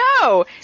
no